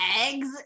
eggs